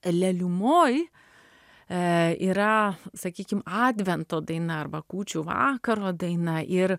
leliumoj yra sakykim advento daina arba kūčių vakaro daina ir